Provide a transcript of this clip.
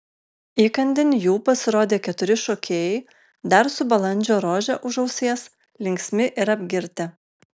įkandin jų pasirodė keturi šokėjai dar su balandžio rože už ausies linksmi ir apgirtę